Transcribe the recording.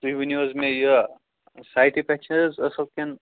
تُہۍ ؤنوٗ حظ مےٚ یہِ سایٹہِ پٮ۪ٹھ چھِ حظ اصٕل کِنہٕ